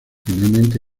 finalmente